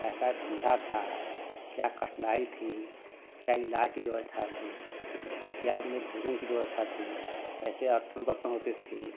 कैसा धंधा था क्या कठिनाई थी क्या इलाज़ की व्यवस्था थी क्या अपने भोजन की व्यवस्था थी कैसे अर्तन बर्तन होते थे तो